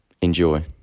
Enjoy